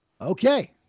Okay